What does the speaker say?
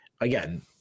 Again